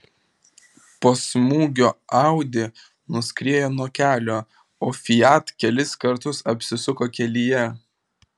po smūgio audi nuskriejo nuo kelio o fiat kelis kartus apsisuko kelyje